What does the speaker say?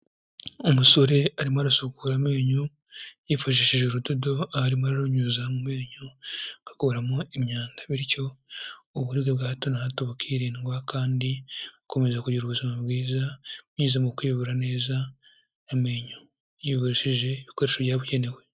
Umusore arimo arasukura amenyo yifashishije urudodo arimo ararunyuza mu menyo akuramo imyanda bityo uburibwe bwa hato na hato bukirindwa kandi akomeza kugira ubuzima bwiza binyuyuze mu kwivura neza amenyo, yivurishije ibikoresho byabugenewe.